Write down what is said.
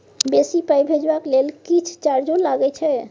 बेसी पाई भेजबाक लेल किछ चार्जो लागे छै?